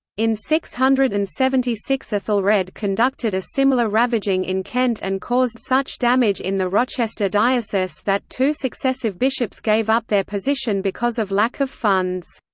in six hundred and seventy six aethelred conducted a similar ravaging in kent and caused such damage in the rochester diocese that two successive bishops gave up their position because of lack of funds.